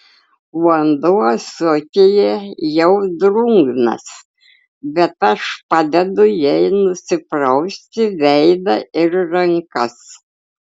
vanduo ąsotyje jau drungnas bet aš padedu jai nusiprausti veidą ir rankas